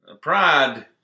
Pride